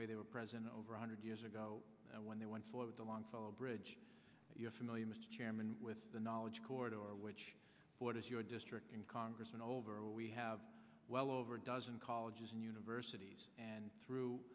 way they were present over a hundred years ago when they went flowed the longfellow bridge you're familiar mr chairman with the knowledge court or which what is your district in congress and over we have well over a dozen colleges and universities and through